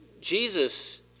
Jesus